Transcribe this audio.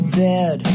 bed